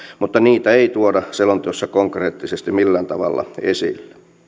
mutta niitä ei tuoda selonteossa konkreettisesti millään tavalla esille